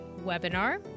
webinar